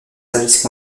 services